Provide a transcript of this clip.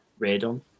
radon